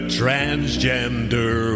transgender